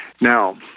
Now